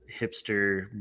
hipster